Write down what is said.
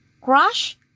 crush